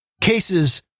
cases